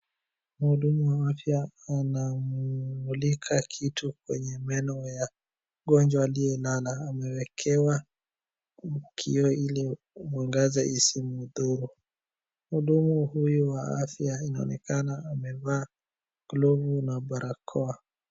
Mhudumu wa afya anammulika kitu kwenye meno ya mgonjwa aliyelala amewekewa kioo ili mwangaza isimdhuru. Mhudumu huyu wa afya amevaa glovu na barakoa.